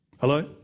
Hello